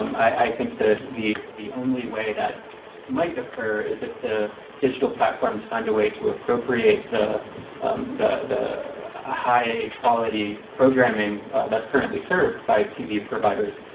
i think that the the only way that might occur is if the digital platforms find a way to appropriate the the ah high quality programming that's currently served by tv providers.